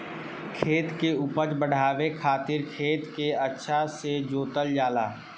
खेत के उपज बढ़ावे खातिर खेत के अच्छा से जोतल जाला